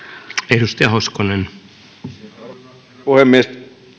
arvoisa herra puhemies